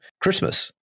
Christmas